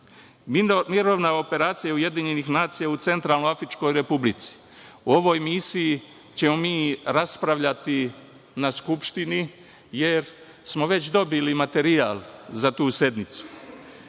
operacija UN u Centralnoafričkoj Republici. O ovoj misiji ćemo mi raspravljati na Skupštini, jer smo već dobili materijal za tu sednicu.